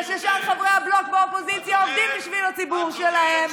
וששאר חברי הבלוק באופוזיציה עובדים בשביל הציבור שלהם.